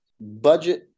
budget